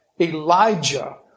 Elijah